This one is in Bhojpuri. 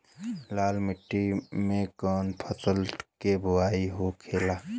लाल मिट्टी में कौन फसल के बोवाई होखेला?